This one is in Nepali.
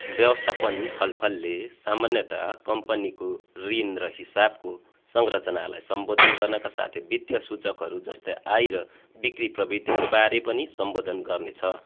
व्यवस्थापन छलफलले सामान्यत कम्पनीको ऋण र हिसाबको संरचनालाई सम्बोधन गर्नाका साथै वित्तीय सूचकहरू जस्तै आय र बिक्री प्रवृत्तिहरूबारे पनि सम्बोधन गर्नेछ